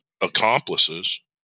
accomplices